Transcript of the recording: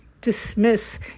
dismiss